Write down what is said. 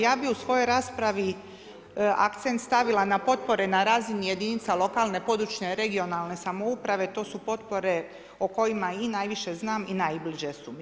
Ja bih u svojoj raspravi akcent stavila na potpore na razini jedinica lokalne, područne, regionalne samouprave, to su potpore o kojima i najviše znam i najbliže su mi.